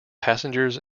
passengers